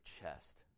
chest